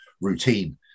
routine